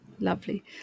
Lovely